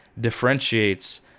differentiates